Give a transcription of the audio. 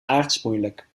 aartsmoeilijk